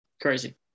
Crazy